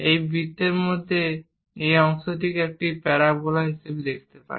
একটি বৃত্তের মধ্যে এই অংশটিকে আমরা একটি প্যারাবোলা হিসাবে দেখতে পাই